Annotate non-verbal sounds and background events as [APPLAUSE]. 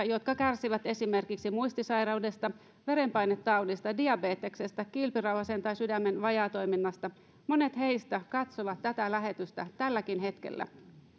[UNINTELLIGIBLE] jotka kärsivät esimerkiksi muistisairaudesta verenpainetaudista diabeteksesta kilpirauhasen tai sydämen vajaatoiminnasta monet heistä katsovat tätä lähetystä tälläkin hetkellä